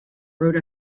rode